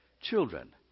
Children